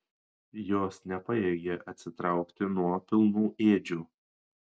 jos nepajėgė atsitraukti nuo pilnų ėdžių